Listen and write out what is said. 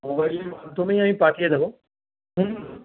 মোবাইলের মাধ্যমেই আমি পাঠিয়ে দেব হুম